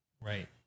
Right